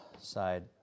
side